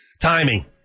Timing